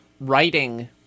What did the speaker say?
writing